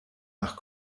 nach